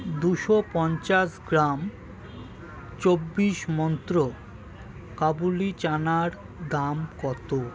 দুশো পঞ্চাশ গ্রাম চব্বিশ মন্ত্র কাবুলি চানার দাম কত